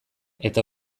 eta